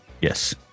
Yes